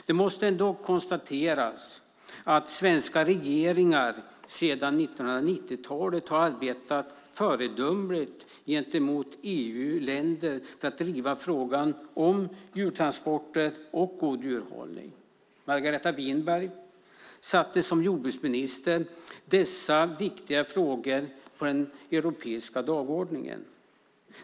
Det måste ändå konstateras att svenska regeringar sedan 1990-talet har arbetat föredömligt gentemot övriga EU-länder för att driva frågor om djurtransporter och god djurhållning. Margareta Winberg satte som jordbruksminister dessa viktiga frågor på den europeiska dagordningen.